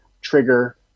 trigger